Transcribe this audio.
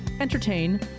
entertain